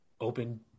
open